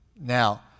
Now